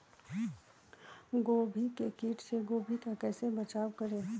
गोभी के किट से गोभी का कैसे बचाव करें?